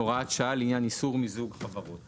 הוראת שעה לעניין איסור מיזוג חברות.